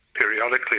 periodically